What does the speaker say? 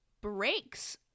breaks